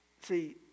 See